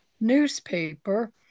newspaper